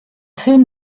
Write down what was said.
film